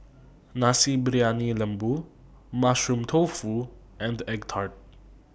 Nasi Briyani Lembu Mushroom Tofu and Egg Tart